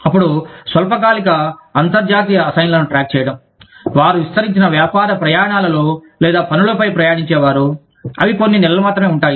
అప్పుడు స్వల్పకాలిక అంతర్జాతీయ అసైన్లను ట్రాక్ చేయడం వారు విస్తరించిన వ్యాపార ప్రయాణాలలో లేదా పనులపై ప్రయాణించేవారు అవి కొన్ని నెలలు మాత్రమే ఉంటాయి